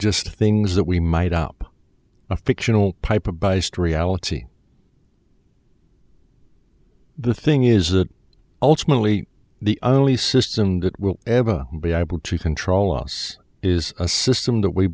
just things that we might up a fictional pipe of by story ality the thing is that ultimately the only system that will ever be able to control us is a system that we